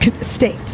state